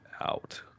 out